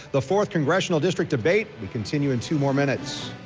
the fourth congressional district debate, we continue in two more minutes.